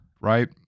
right